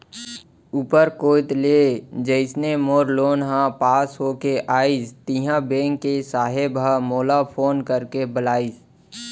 ऊपर कोइत ले जइसने मोर लोन ह पास होके आइस तिहॉं बेंक के साहेब ह मोला फोन करके बलाइस